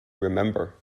remember